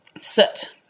sit